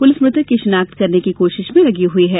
police मृतक की शिनाख्त करने की कोशिश में लगी हुई है